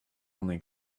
only